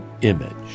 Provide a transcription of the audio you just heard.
image